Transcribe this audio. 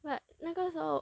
but 那个时候